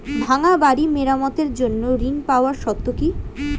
ভাঙ্গা বাড়ি মেরামতের জন্য ঋণ পাওয়ার শর্ত কি?